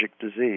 disease